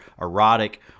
erotic